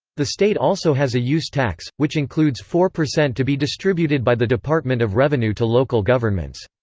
the state also has a use tax, which includes four percent to be distributed by the department of revenue to local governments.